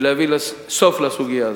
ולהביא סוף לסוגיה הזאת.